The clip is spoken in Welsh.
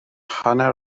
hanner